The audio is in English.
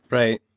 right